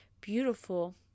beautiful